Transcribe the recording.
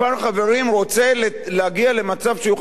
רוצה להגיע למצב שהוא יוכל להתפלג.